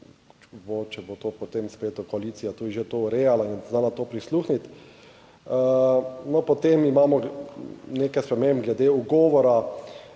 če bo to, potem spet koalicija tudi že to urejala in znala to prisluhniti. No, potem imamo nekaj sprememb glede ugovora.